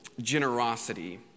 generosity